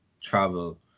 travel